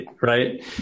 right